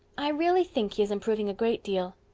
i really think he is improving a great deal.